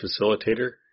facilitator